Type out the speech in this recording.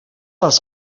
els